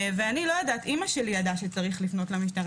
אני לא ידעתי אימא שלי ידעה שצריך לפנות למשטרה,